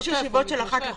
יש ישיבות אחת לחודש,